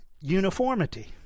uniformity